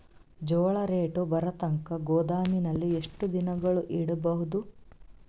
ಜೋಳ ರೇಟು ಬರತಂಕ ಗೋದಾಮಿನಲ್ಲಿ ಎಷ್ಟು ದಿನಗಳು ಯಿಡಬಹುದು?